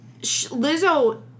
Lizzo